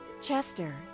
Chester